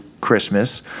Christmas